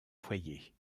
foyer